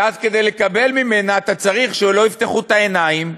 ואז כדי לקבל ממנה אתה צריך שלא יפתחו את העיניים,